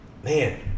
Man